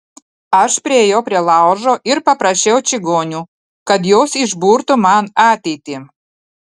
aš priėjau prie laužo ir paprašiau čigonių kad jos išburtų man ateitį